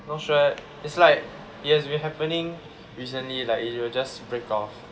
not sure it's like it has been happening recently like you will just break off